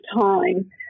time